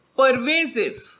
pervasive